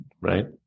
right